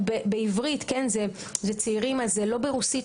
בעברית, זה אפילו לא ברוסית.